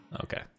Okay